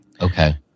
Okay